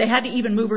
they had even move